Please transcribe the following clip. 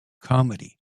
comedy